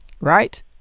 Right